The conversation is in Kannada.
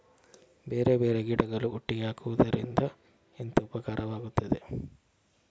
ಬೇರೆ ಬೇರೆ ಗಿಡಗಳು ಒಟ್ಟಿಗೆ ಹಾಕುದರಿಂದ ಎಂತ ಉಪಕಾರವಾಗುತ್ತದೆ?